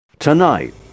Tonight